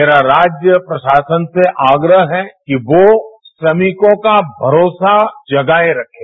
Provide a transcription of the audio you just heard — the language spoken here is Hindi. मेरा राज्य प्रशासन से आग्रह है कि वो श्रमिकों का भरोसा जगाए रखे